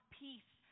peace